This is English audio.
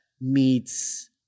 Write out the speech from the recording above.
meets